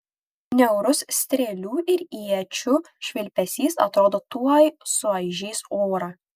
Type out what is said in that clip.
niaurus strėlių ir iečių švilpesys atrodo tuoj suaižys orą